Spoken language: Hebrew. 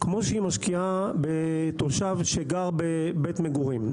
כפי שמשקיעה בתושב שגר בבית מגורים.